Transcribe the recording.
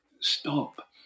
stop